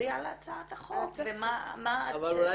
תדברי על הצעת החוק ומה את --- אבל אולי